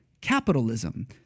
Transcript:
capitalism